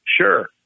Sure